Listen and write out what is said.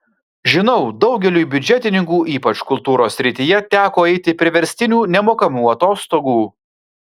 žinau daugeliui biudžetininkų ypač kultūros srityje teko eiti priverstinių nemokamų atostogų